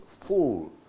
full